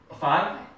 Five